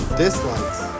dislikes